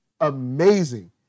amazing